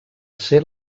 ser